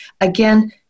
Again